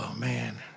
um man.